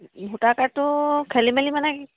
voter কাৰ্ডটো খেলি মেলি মানে